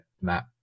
map